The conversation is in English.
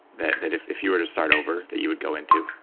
that that if if you were to start over that you would go into?